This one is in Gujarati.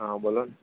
હા બોલોને